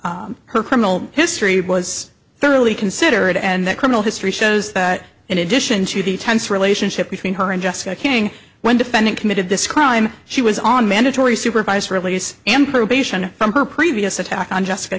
court her criminal history was fairly considered and the criminal history shows that in addition to the tense relationship between her and jessica king when defendant committed this crime she was on mandatory supervised release and probation from her previous attack on jessica